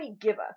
giver